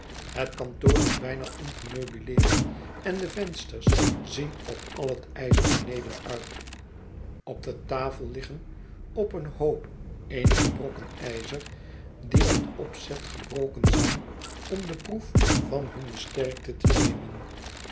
het kantoor is bijna ongemeubileerd en de vensters zien op al het ijzer beneden uit op de tafel liggen op een hoop eenige brokken ijzer die met opzet gebroken zijn om de proef van hunne sterkte te nemen